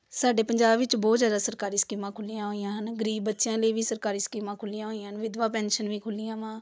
ਸਾਡੇ ਪੰਜਾਬ ਵਿੱਚ ਬਹੁਤ ਜ਼ਿਆਦਾ ਸਰਕਾਰੀ ਸਕੀਮਾਂ ਖੁੱਲ੍ਹੀਆਂ ਹੋਈਆਂ ਹਨ ਗਰੀਬ ਬੱਚਿਆਂ ਲਈ ਵੀ ਸਰਕਾਰੀ ਸਕੀਮਾਂ ਖੁੱਲ੍ਹੀਆਂ ਹੋਈਆਂ ਹਨ ਵਿਧਵਾ ਪੈਨਸ਼ਨ ਵੀ ਖੁੱਲ੍ਹੀਆਂ ਵਾ